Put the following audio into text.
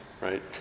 right